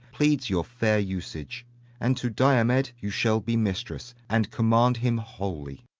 pleads your fair usage and to diomed you shall be mistress, and command him wholly.